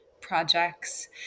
projects